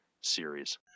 series